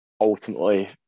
ultimately